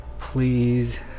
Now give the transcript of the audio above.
please